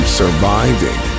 surviving